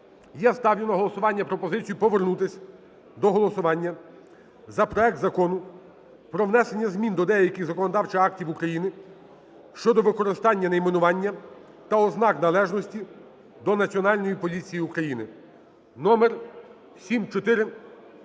я ставлю на голосування пропозицію повернутися до голосування за проект Закону про внесення змін до деяких законодавчих актів України щодо використання найменування та ознак належності до Національної поліції України (№7474).